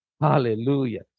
Hallelujah